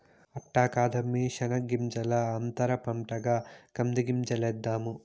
అట్ట కాదమ్మీ శెనగ్గింజల అంతర పంటగా కంది గింజలేద్దాము